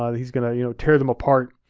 ah he's gonna you know tear them apart,